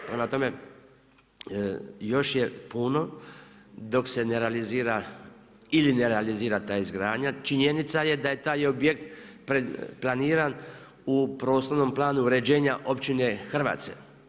Prema tome, još je puno dok se ne realizira ili ne realizira ta izgradnja, činjenica je da je taj objekt planiran u prostornom planu uređenja općine Hrvace.